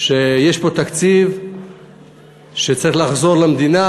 שיש פה תקציב שצריך לחזור למדינה,